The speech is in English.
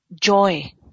joy